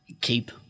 keep